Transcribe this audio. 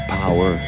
power